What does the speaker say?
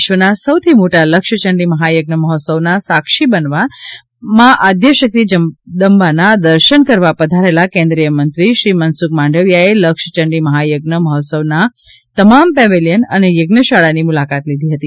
વિશ્વના સૌથી મોટા લક્ષચંડી મહાયજ્ઞ મહોત્સવના સાક્ષી બનવા અને મા આદ્યશક્તિ જગદંબાના દર્શન કરવા પધારેલા કેન્દ્રીય મંત્રીશ્રી મનસુખ માંડવીયા એ લક્ષચંડી મહાયજ્ઞ મહોત્સવના તમામ પેવેલીયન અને યજ્ઞશાળાની મુલાકાત લીધી હતી